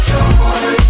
Joy